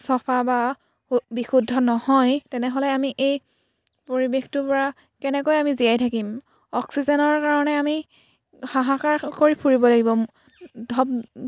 চাফা বা বিশুদ্ধ নহয় তেনেহ'লে আমি এই পৰিৱেশটোৰ পৰা কেনেকৈ আমি জীয়াই থাকিম অক্সিজেনৰ কাৰণে আমি হাহাকাৰ কৰি ফুৰিব লাগিব ধপ